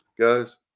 guys